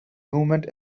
movement